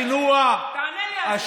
השינוע, תענה לי על זה.